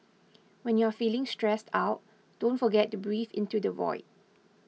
when you are feeling stressed out don't forget to breathe into the void